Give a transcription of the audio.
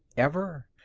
ever.